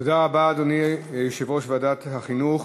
תודה רבה, אדוני יושב-ראש ועדת החינוך.